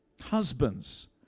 Husbands